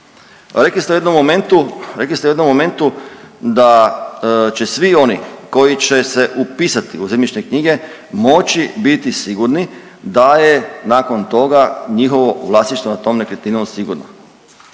rekli ste u jednom momentu da će svi oni koji će se upisati u zemljišne knjige moći biti sigurni da je nakon toga njihovo vlasništvo nad tom nekretninom sigurno,